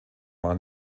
waren